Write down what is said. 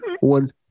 one